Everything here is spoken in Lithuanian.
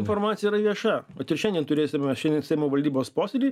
informacija yra vieša vat ir šiandien turėsime šiandien seimo valdybos posėdį